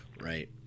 Right